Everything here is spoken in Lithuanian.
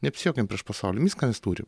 neapsijuokim prieš pasaulį viską mes turim